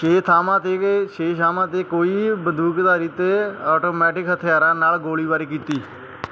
ਛੇ ਥਾਵਾਂ 'ਤੇ ਛੇ ਛਾਵਾਂ 'ਤੇ ਕੋਈ ਬੰਦੂਕਧਾਰੀਆਂ 'ਤੇ ਆਟੋਮੈਟਿਕ ਹਥਿਆਰਾਂ ਨਾਲ ਗੋਲੀਬਾਰੀ ਕੀਤੀ